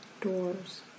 doors